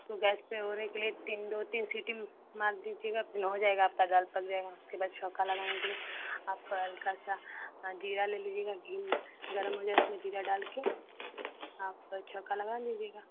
तो गैस पर होने के लिए तीन दो तीन सीटी मार दीजिएगा फिर हो जाएगा आपकी दाल पक जाएगी उसके बाद छौँका लगाने के लिए आप हल्का सा ज़ीरा ले लीजिएगा घी गरम हो जाए उसमें ज़ीरा डालकर आप छौँका लगा लीजिएगा